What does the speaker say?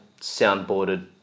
soundboarded